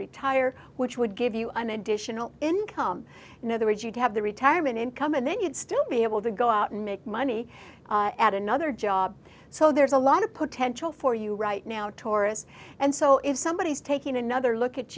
retire which would give you an additional income in other words you'd have the retirement income and then you'd still be able to go out and make money at another job so there's a lot of potential for you right now taurus and so if somebody is taking another look at